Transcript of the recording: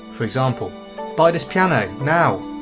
for example buy this piano now.